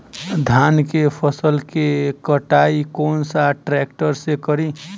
धान के फसल के कटाई कौन सा ट्रैक्टर से करी?